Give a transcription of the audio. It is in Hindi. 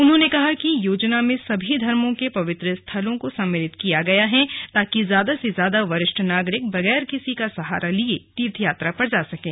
उन्होंने कहा कि योजना में सभी धर्मों के पवित्र स्थलों को सम्मिलित किया गया है ताकि ज्यादा से ज्यादा वरिष्ठ नागरिक बगैर किसी का सहारा लिये तीर्थयात्रा पर जा सकें